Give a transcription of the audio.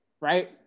right